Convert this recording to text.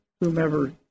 whomever